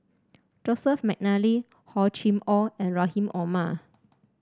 Joseph McNally Hor Chim Or and Rahim Omar